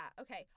okay